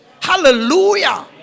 Hallelujah